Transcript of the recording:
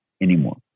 anymore